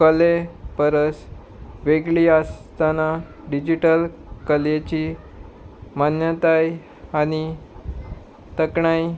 कले परस वेगळी आसतना डिजीटल कलेची मान्यताय आनी तखणाय